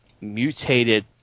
mutated